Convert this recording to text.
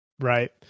Right